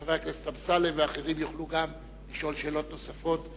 ושחבר הכנסת אמסלם ואחרים יוכלו גם לשאול שאלות נוספות,